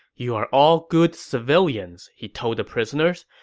you're all good civilians, he told the prisoners.